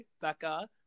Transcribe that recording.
Becca